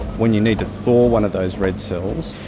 when you need to thaw one of those red cells,